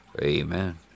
Amen